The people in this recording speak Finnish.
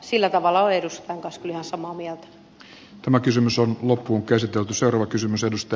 sillä tavalla olen edustajan kanssa kyllä ihan samaa mieltä